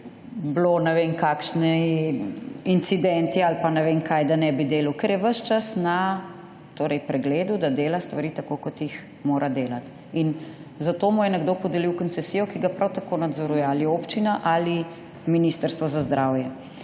bilo ne vem kakšni incidenti ali pa ne vem kaj, da nebi delal, ker je ves čas na torej pregledu, da dela stvari tako kot jih mora delati. In zato mu je nekdo podelil koncesijo, ki ga prav tako nadzoruje, ali občina ali Ministrstvo za zdravje.